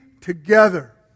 together